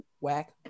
whack